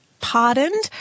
pardoned